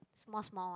small small one